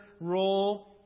role